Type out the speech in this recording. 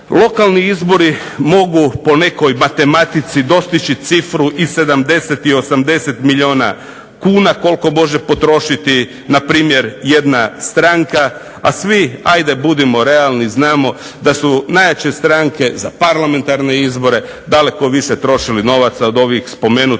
lokalni izbori mogu po nekoj matematici dostići cifru i 70 i 80 milijuna kuna koliko može potrošiti npr. jedna stranka, a svi, ajde budimo realni znamo da su najjače stranke za parlamentarne izbore daleko više trošili novaca od ovih spomenutih